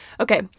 okay